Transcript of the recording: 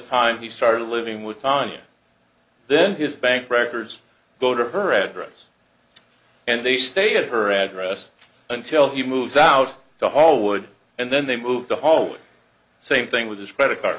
time he started living with tanya then his bank records go to her address and they stay at her address until he moves out to haul wood and then they move the home same thing with his credit card